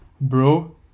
Bro